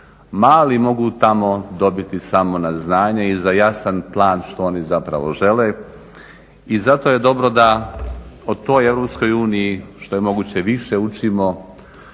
mali mogu tamo dobiti samo na znanje i za jasan plan što oni zapravo žele i zato je dobro da o toj EU što je moguće više učimo,